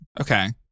Okay